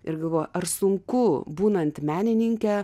ir galvoju ar sunku būnant menininke